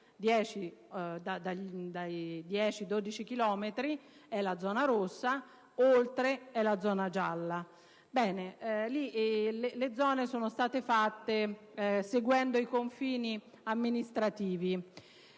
10-12 chilometri è la zona rossa, oltre è la zona gialla: le zone sono state fatte seguendo i confini amministrativi.